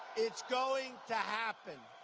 it's going to happen.